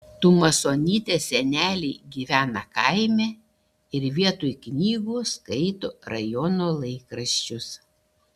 tumasonytės seneliai gyvena kaime ir vietoj knygų skaito rajono laikraščius